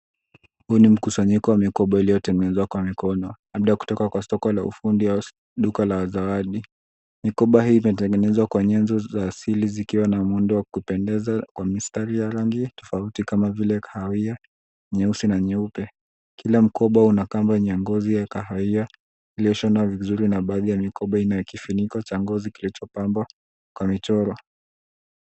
Huu ni mkusanyiko wa mikoba uliyotengenezwa kwa mikono, labda kutoka kwa soko la ufundi au duka la zawadi. Mikoba hii imetengenezwa kwa nyenzo za asili ikiwa na muundo wa kupendeza kwa mistari ya rangi tofauti kama vile kahawia, nyeusi na nyeupe. Kila mkoba una kamba yenye ngozi ya kahawia iliyoshonwa vizuri na baadhi ya mikoba ina kifuniko cha ngozi kilichopambwa kwa michoro.